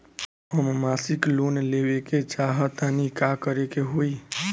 हम मासिक लोन लेवे के चाह तानि का करे के होई?